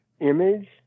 image